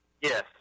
Yes